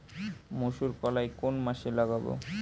মুসুরকলাই কোন মাসে লাগাব?